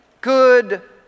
good